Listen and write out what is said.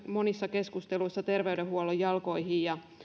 monissa keskusteluissa terveydenhuollon jalkoihin